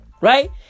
Right